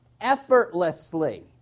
effortlessly